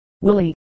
Willie